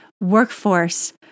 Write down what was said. workforce